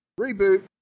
reboot